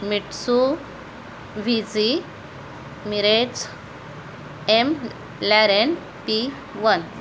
Mitsubishi mirage McLaren P one